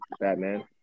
Batman